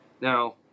Now